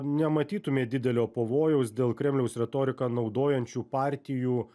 nematytumėt didelio pavojaus dėl kremliaus retoriką naudojančių partijų